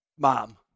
Mom